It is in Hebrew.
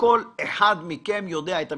שכל אחד מכם יודע את המספר.